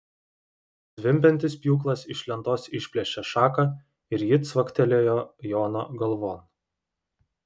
zvimbiantis pjūklas iš lentos išplėšė šaką ir ji cvaktelėjo jono galvon